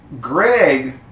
Greg